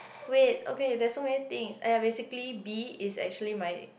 wait okay there's so many thing !aiya! basically B is actually my